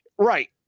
Right